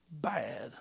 bad